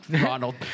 ronald